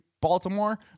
baltimore